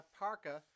parka